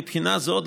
מבחינה זו,